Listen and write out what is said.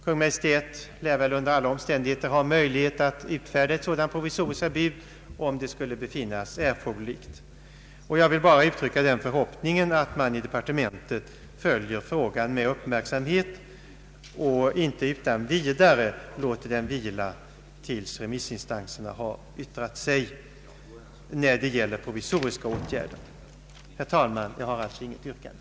Kungl. Maj:t lär ha möjlighet att utfärda ett sådant provisoriskt förbud om det skulle befinnas erforderligt. Jag vill bara uttrycka den förhoppningen att man i departementet följer frågan med uppmärksamhet och inte utan vidare låter den vila, när det gäller provisoriska åtgärder, tills remissinstanserna har yttrat sig. Herr talman! Jag har alltså intet yrkande.